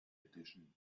edition